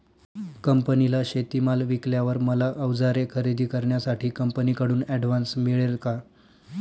कंपनीला शेतीमाल विकल्यावर मला औजारे खरेदी करण्यासाठी कंपनीकडून ऍडव्हान्स मिळेल का?